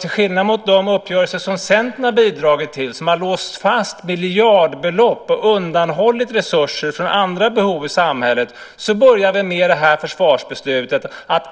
Till skillnad från de uppgörelser som Centern har bidragit till, som har låst fast miljardbelopp och undanhållit resurser från andra behov i samhället, börjar vi med det här försvarsbeslutet